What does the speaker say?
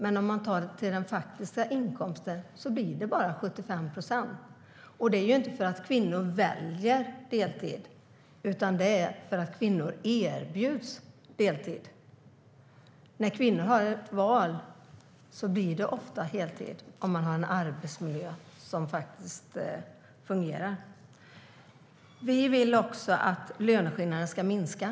Men om man ser till den faktiska inkomsten är kvinnors löner bara 75 procent av männens. Det beror inte på att kvinnor väljer deltid, utan det beror på att kvinnor erbjuds deltid. När kvinnor har ett val blir det ofta heltid om de har en arbetsmiljö som faktiskt fungerar. Vi vill också att löneskillnaderna ska minska.